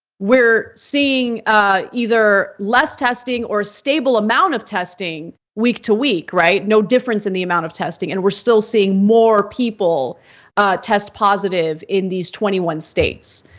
we're seeing either less testing, or stable amount of testing week to week, right. no difference in the amount of testing and we're still seeing more people test positive in these twenty one states.